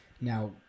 Now